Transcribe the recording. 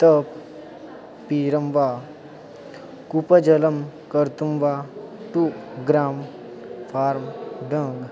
तपः अपि इदं वा कूपजलं कर्तुं वा टु ग्रामः फार्म् डङ्ग्